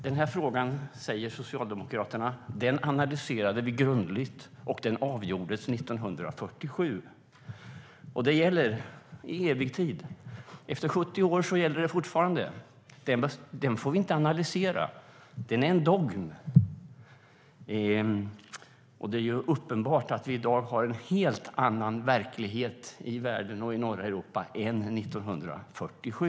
Denna fråga, säger Socialdemokraterna, analyserade vi grundligt, och den avgjordes 1947. Det gäller i evig tid. Efter 70 år gäller det fortfarande. Natofrågan får vi inte analysera. Den är en dogm. Det är uppenbart att vi i dag har en helt annan verklighet i världen och i norra Europa än 1947.